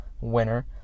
winner